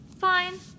Fine